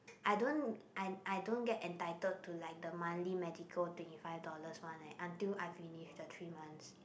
I don't I I don't get entitled to like the monthly medical twenty five dollars one leh until I finish the three months